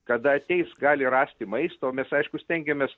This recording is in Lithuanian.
kada ateis gali rasti maisto mes aišku stengiamės